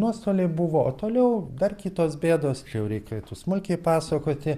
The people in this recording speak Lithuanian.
nuostoliai buvo o toliau dar kitos bėdos čia jau reikėtų smulkiai pasakoti